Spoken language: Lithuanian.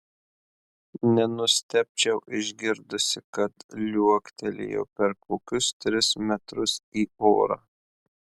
nenustebčiau išgirdusi kad liuoktelėjau per kokius tris metrus į orą